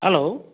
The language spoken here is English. hello